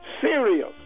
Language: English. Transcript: Serious